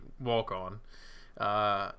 walk-on